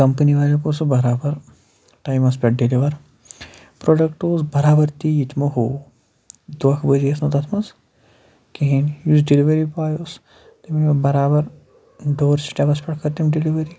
company والیو کوٚر سُہ برابر ٹایمَس پٮ۪ٹھ ڈِلِوَر پرٛوڈَکٹ اوس برابر تی یہِ تِمو ہوو دھوکہٕ بٲزی ٲس نہٕ تَتھ منٛز کِہیٖنۍ یُس ڈِلؤری باے اوس تٔمۍ نیوٗ برابر ڈور سِٹٮ۪پَس پٮ۪ٹھ کٔر تٔمۍ دِلؤری